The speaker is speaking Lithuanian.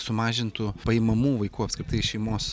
sumažintų paimamų vaikų apskritai iš šeimos